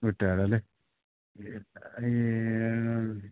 വെട്ടുകാരല്ലേ